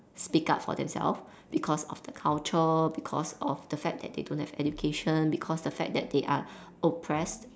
speak up for themselves because of the culture because of the fact that they don't have education because the fact that they are oppressed